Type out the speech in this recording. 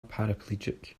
paraplegic